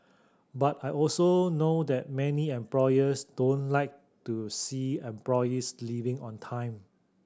but I also know that many employers don't like to see employees leaving on time